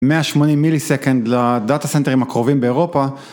180 מיליסקנד לדאטה סנטרים הקרובים באירופה.